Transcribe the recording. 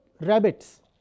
rabbits